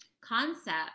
concept